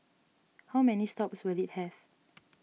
how many stops will it have